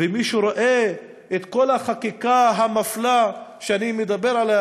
ומי שרואה את כל החקיקה המפלה שאני מדבר עליה,